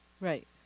Right